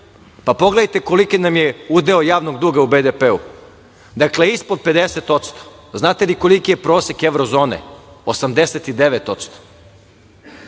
pogledajte koliki nam je udeo javnog udela u BDP, dakle ispod 50%. Znate li koliko je prosek evrozone,